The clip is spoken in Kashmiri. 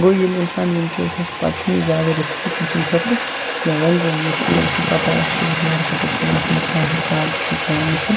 گوٚو ییٚلہِ اِنسان یِم چیٖز ہیٚچھِ پتہٕ چھِنہٕ یہِ زیادٕ رِسکی تٔمۍ سٕنٛدِ خٲطرٕ کیٚنٛہہ وۅنۍ گوٚو یُس نہٕ یٔمِس نہٕ پتاہ آسہِ شِیر مارکیٚٹُک کیٚنٛہہ اَتھ منٛز کیٛاہ حِساب چھُ کیٛاہ نہٕ چھُ